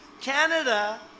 Canada